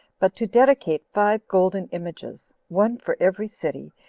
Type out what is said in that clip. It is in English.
but to dedicate five golden images, one for every city,